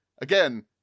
again